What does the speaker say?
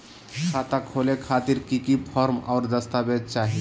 खाता खोले खातिर की की फॉर्म और दस्तावेज चाही?